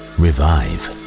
revive